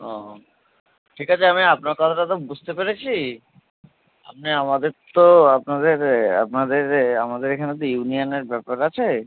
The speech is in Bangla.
ও ঠিক আছে আমি আপনার কথাটা তো বুঝতে পেরেছি আপনি আমাদের তো আপনাদের আপনাদের এ আমাদের এখানে তো ইউনিয়ানের ব্যাপার আছে